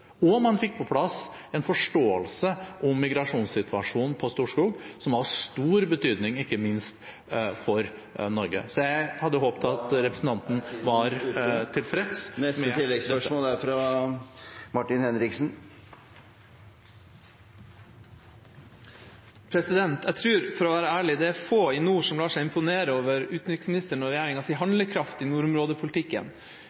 Og man fikk på plass en forståelse om migrasjonssituasjonen på Storskog, som var av stor betydning ikke minst for Norge. Så jeg hadde håpet at representanten var tilfreds med dette. Det blir oppfølgingsspørsmål – Martin Henriksen. For å være ærlig tror jeg det er få i nord som lar seg imponere over utenriksministeren og